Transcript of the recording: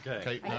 Okay